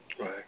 Right